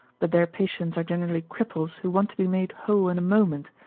but their patients are generally cripples who want to be made whole in a moment,